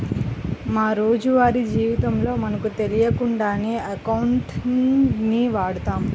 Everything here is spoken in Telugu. మా రోజువారీ జీవితంలో మనకు తెలియకుండానే అకౌంటింగ్ ని వాడతాం